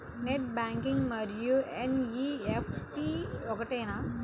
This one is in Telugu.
నెట్ బ్యాంకింగ్ మరియు ఎన్.ఈ.ఎఫ్.టీ ఒకటేనా?